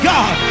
God